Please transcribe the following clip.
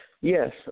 Yes